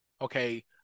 Okay